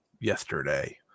yesterday